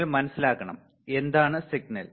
നിങ്ങൾ മനസ്സിലാക്കണം എന്താണ് സിഗ്നൽ